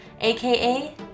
aka